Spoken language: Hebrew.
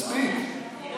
מספיק.